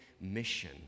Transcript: mission